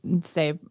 say